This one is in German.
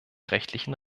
rechtlichen